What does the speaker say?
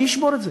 מי ישבור את זה,